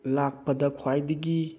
ꯂꯥꯛꯄꯗ ꯈ꯭ꯋꯥꯏꯗꯒꯤ